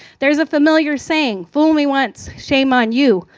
there's a familiar saying, fool me once, shame on you,